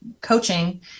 coaching